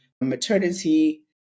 maternity